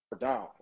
down